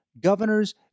Governors